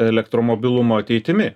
elektromobilumo ateitimi